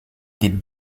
dit